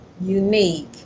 unique